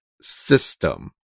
system